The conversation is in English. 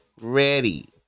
ready